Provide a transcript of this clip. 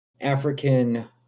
African